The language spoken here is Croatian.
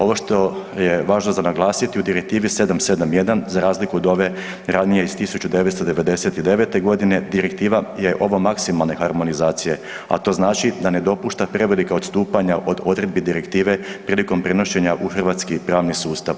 Ovo što je važno za naglasiti u Direktivi 771 za razliku od ove ranije iz 1999. g., direktiva je ova maksimalne harmonizacije, a to znači da ne dopušta prevelika odstupanja od odredbi direktive prilikom prenošenja u hrvatski pravni sustav.